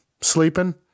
Sleeping